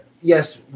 yes